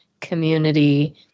community